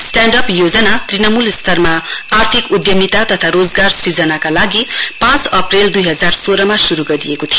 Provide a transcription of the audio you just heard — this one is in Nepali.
स्टाण्डअप योजना तृणमूल स्तरमा आर्थिक उद्यमिता तथा रोजगरा सुजनाका लागि पाँच अप्रेल द्इ हजार सोह्रमा शुरू गरिएको थियो